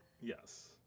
Yes